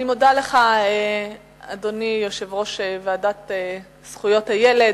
אני מודה לך, אדוני יושב-ראש הוועדה לזכויות הילד.